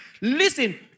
Listen